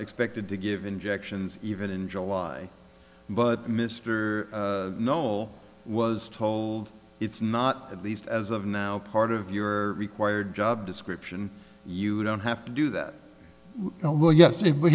expected to give injections even in july but mr nowell was told it's not at least as of now part of your required job description you don't have to do that oh yes